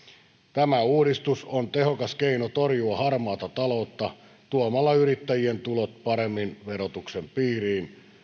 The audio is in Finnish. tämä uudistus on tehokas keino torjua harmaata taloutta tuomalla yrittäjien tulot paremmin verotuksen piiriin